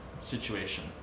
situation